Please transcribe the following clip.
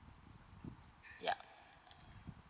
yup